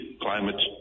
climate